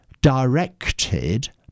directed